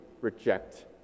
reject